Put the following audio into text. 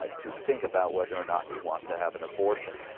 ah to think about whether or not you want to have an abortion